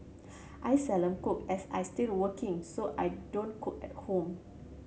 I cook as I still working so I don't cook at home